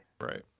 Right